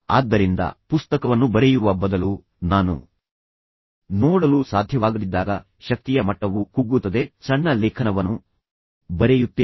ಆದ್ದರಿಂದ ಪುಸ್ತಕವನ್ನು ಬರೆಯುವ ಬದಲು ನಾನು ಸಣ್ಣ ಲೇಖನವನ್ನು ಬರೆಯುತ್ತೇನೆ ನಂತರ ಪ್ರಕಟಿಸುತ್ತೇನೆ